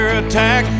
attack